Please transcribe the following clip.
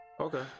okay